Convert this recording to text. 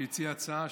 שהציע הצעה,